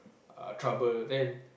uh trouble then